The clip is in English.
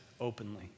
openly